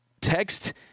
text